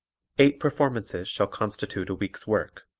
eight performances shall constitute a week's work.